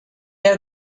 air